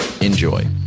Enjoy